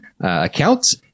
accounts